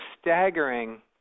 staggering